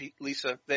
Lisa